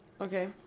Okay